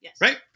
right